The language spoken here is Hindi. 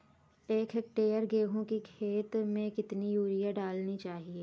एक हेक्टेयर गेहूँ की खेत में कितनी यूरिया डालनी चाहिए?